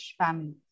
family